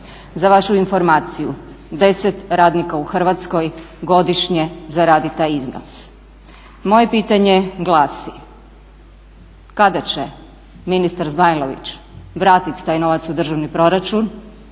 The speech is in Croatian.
Za vašu informaciju 10 radnika u Hrvatskoj godišnje zaradi taj iznos. Moje pitanje glasi, kada će ministar Zmajlović vratiti taj novac u državni proračun